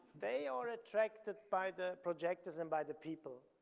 they are attracted by the projectors and by the people,